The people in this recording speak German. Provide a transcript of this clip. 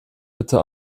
bitte